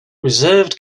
reserved